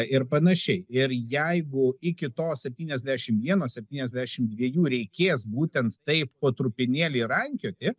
ir panašiai ir jeigu iki to septyniasdešim vieno septyniasdešim dviejų reikės būtent taip po trupinėlį rankioti